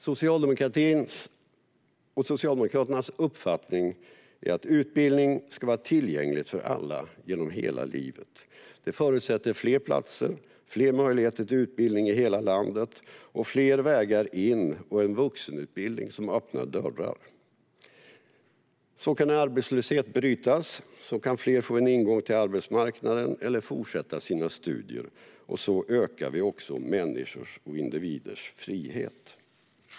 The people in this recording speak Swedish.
Socialdemokraternas uppfattning är att utbildning ska vara tillgängligt för alla genom hela livet. Det förutsätter fler platser, fler möjligheter till utbildning i hela landet, fler vägar in och en vuxenutbildning som öppnar dörrar. På det sättet kan en arbetslöshet brytas. På det sättet kan fler få en ingång till arbetsmarknaden eller fortsätta sina studier. På det sättet ökar vi också människors och individers frihet.